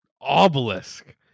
Obelisk